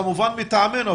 כמובן מטעמנו,